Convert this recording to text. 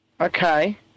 Okay